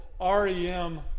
REM